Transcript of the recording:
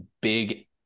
big